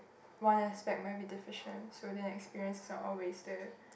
one aspect might be deficient so their experience is not always there